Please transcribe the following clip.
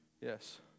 yes